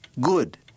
good